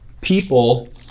people